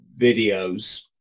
videos